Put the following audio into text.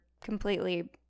completely